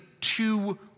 two